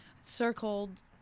circled